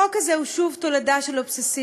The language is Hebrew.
החוק הזה הוא שוב תולדה של אובססיביות